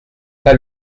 pas